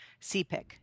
CPIC